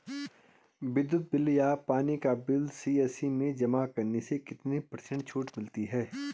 विद्युत बिल या पानी का बिल सी.एस.सी में जमा करने से कितने पर्सेंट छूट मिलती है?